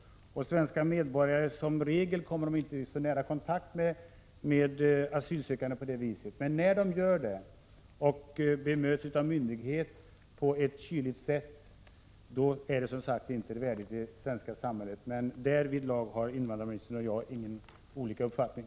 Svenska medborgare kommer som regel inte i så nära kontakt med asylsökande. Men när de gör det och bemöts av myndigheter på ett kyligt sätt, rör det sig om ett förfarande som inte är värdigt det svenska samhället. Därvidlag har invandrarministern och jag samma uppfattning.